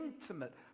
intimate